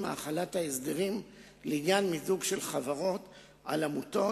מהחלת ההסדרים לעניין מיזוג של חברות על עמותות,